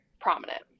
prominent